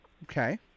Okay